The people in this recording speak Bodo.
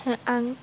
हो आं